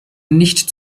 nicht